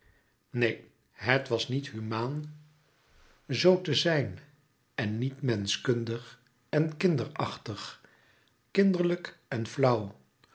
neen het was niet humaan zoo te zijn en niet menschkundig en kinderachtig kinderlijk en flauw